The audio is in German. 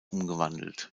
umgewandelt